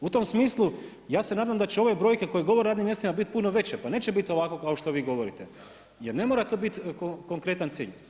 U tom smislu ja se nadam da će ove brojke koje govore o radnim mjestima biti puno veće pa neće biti ovako kao što vi govorite jer ne mora to biti konkretan cilj.